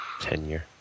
Tenure